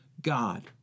God